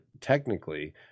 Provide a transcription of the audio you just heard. technically